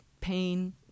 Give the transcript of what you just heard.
pain